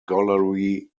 gallery